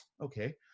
Okay